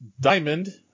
Diamond